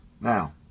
Now